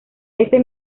ese